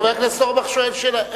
חבר הכנסת אורבך שואל שאלה,